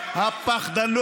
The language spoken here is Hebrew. תתבייש לך.